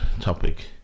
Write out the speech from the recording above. topic